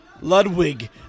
Ludwig